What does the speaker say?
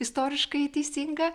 istoriškai teisinga